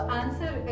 answer